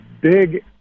big